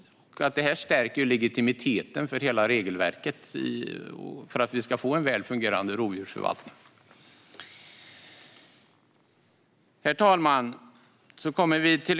Detta stärker legitimiteten för hela regelverket, för att vi ska få en väl fungerande rovdjursförvaltning. Herr talman!